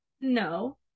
no